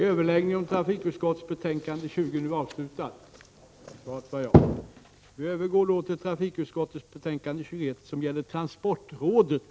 Kammaren övergår nu till att debattera trafikutskottets betänkande 21 om anslag till Transportrådet.